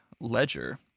Ledger